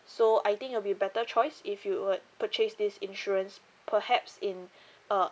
so I think it will be better choice if you would purchase this insurance perhaps in uh